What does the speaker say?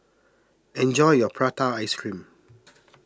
enjoy your Prata Ice Cream